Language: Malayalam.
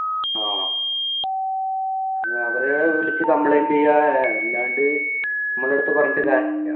ആ അവരെ വിളിച്ച് കംപ്ലൈൻറ്റ് ചെയ്യുക അല്ലാണ്ട് നമ്മളെ അടുത്ത് പറഞ്ഞിട്ട് കാര്യം ഇല്ല